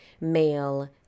male